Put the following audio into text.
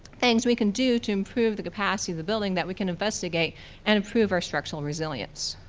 things we can do to improve the capacity of the building that we can investigate and improve our structural resilience.